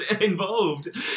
involved